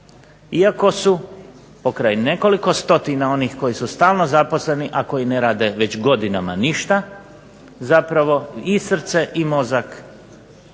iako su pokraj nekoliko stotina onih koji su stalno, a koji ne rade već godinama ništa zapravo i srce i mozak